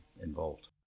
involved